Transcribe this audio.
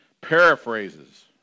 paraphrases